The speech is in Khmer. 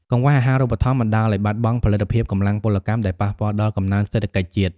កង្វះអាហារូបត្ថម្ភបណ្តាលឱ្យបាត់បង់ផលិតភាពកម្លាំងពលកម្ម ដែលប៉ះពាល់ដល់កំណើនសេដ្ឋកិច្ចជាតិ។